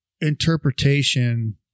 interpretation